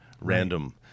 random